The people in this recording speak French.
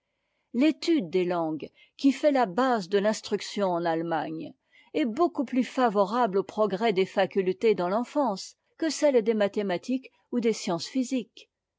l'étude des langues qui fait la base de l'instruction en allemagne est beaucoup plus favorable aux progrès des facultés dans l'enfance que celle des mathématiques ou des sciences physiques